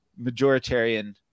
majoritarian